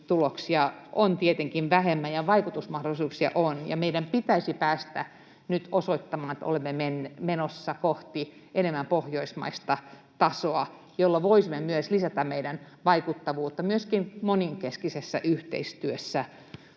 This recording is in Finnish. on tietenkin vähemmän ja vaikutusmahdollisuuksia on vähemmän. Meidän pitäisi päästä nyt osoittamaan, että olemme menossa kohti enemmän pohjoismaista tasoa, jolla voisimme myös lisätä meidän vaikuttavuuttamme myöskin monenkeskisessä yhteistyössä.